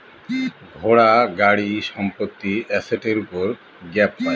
ঘোড়া, গাড়ি, সম্পত্তি এসেটের উপর গ্যাপ পাই